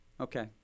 Okay